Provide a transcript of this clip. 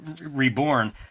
reborn